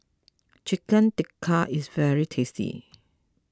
Chicken Tikka is very tasty